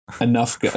enough